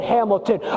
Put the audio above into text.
Hamilton